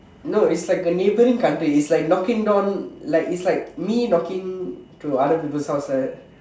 no it's like a neighbouring country it's like knocking door like it's like me knocking to other people's house like that